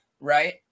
Right